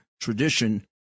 tradition